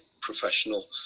professional